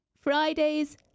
Fridays